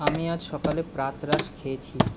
আমি আজ সকালে প্রাতরাশ খেয়েছি